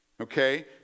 Okay